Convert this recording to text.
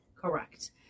Correct